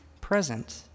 present